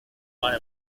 más